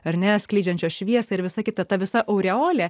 ar ne skleidžiančio šviesą ir visa kita visa aureolė